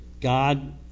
God